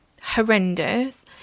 Horrendous